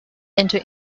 into